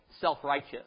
Self-righteous